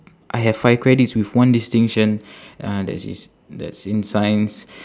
I have five credits with one distinction uh that is that's in science